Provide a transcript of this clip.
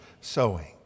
sowing